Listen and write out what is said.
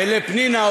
ולפנינה,